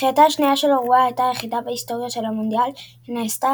זכייתה השנייה של אורוגוואי הייתה היחידה בהיסטוריה של המונדיאל שנעשתה